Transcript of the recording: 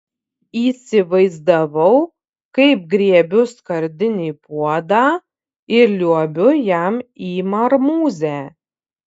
įsivaizdavau kaip griebiu skardinį puodą ir liuobiu jam į marmūzę